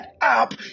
up